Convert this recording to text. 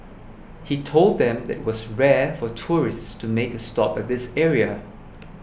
he told them that was rare for tourists to make a stop at this area